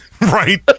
Right